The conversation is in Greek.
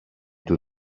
του